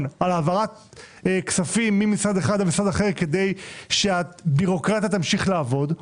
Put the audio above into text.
על העברת כספים ממשרד אחד למשרד אחר כדי שהבירוקרטיה תמשיך לעבוד,